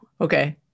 okay